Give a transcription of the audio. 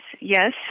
yes